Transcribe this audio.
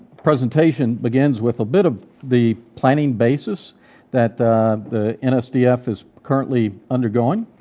presentation begins with a bit of the planning basis that the nsdf is currently undergoing.